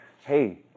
hey